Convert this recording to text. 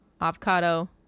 avocado